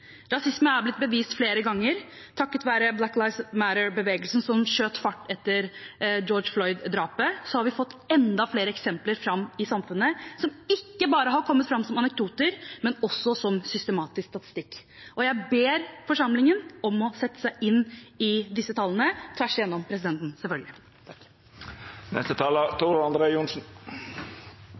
Rasisme er blitt bevist flere ganger. Takket være Black Lives Matter-bevegelsen, som skjøt fart etter George Floyd-drapet, har vi fått fram enda flere eksempler i samfunnet, som ikke bare har kommet fram som anekdoter, men også som systematisk statistikk. Jeg ber forsamlingen – selvfølgelig gjennom presidenten – om å sette seg inn i disse tallene.